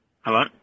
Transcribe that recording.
Hello